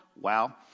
Wow